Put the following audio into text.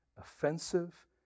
offensive